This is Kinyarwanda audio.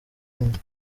inda